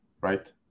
right